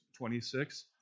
26